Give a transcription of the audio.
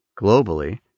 globally